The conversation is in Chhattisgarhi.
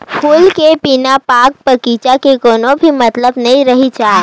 फूल के बिना बाग बगीचा के कोनो भी महत्ता नइ रहि जाए